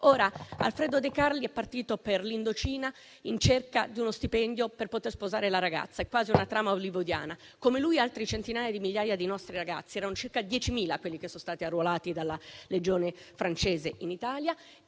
Alfredo Decarli è partito per l'Indocina in cerca di uno stipendio per poter sposare la sua ragazza. È quasi una trama hollywoodiana. Come lui lo hanno fatto altre centinaia di migliaia di nostri ragazzi; erano circa 10.000 quelli che son stati arruolati dalla Legione francese in Italia